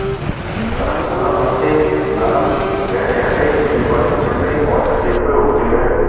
carambola पत्ते नरम गहरे हरे ऊपर से चिकने और ढके हुए होते हैं